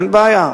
אין בעיה,